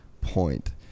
point